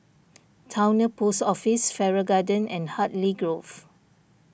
Towner Post Office Farrer Garden and Hartley Grove